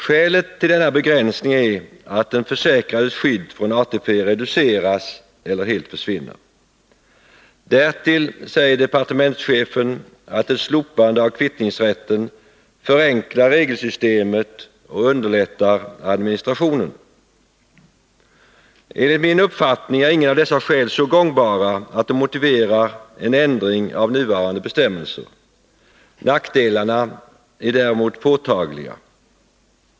Skälet till denna begränsning är att den försäkrades skydd från ATP reduceras eller helt försvinner. Därtill säger departementschefen att ett slopande av kvittningsrätten förenklar regelsystemet och underlättar administrationen. Enligt min uppfattning är inget av dessa skäl så gångbart att det motiverar en ändring av nuvarande bestämmelser. Nackdelarna är däremot påtagliga.